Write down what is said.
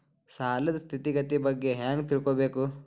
ಸಾಲದ್ ಸ್ಥಿತಿಗತಿ ಬಗ್ಗೆ ಹೆಂಗ್ ತಿಳ್ಕೊಬೇಕು?